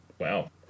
Wow